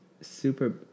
super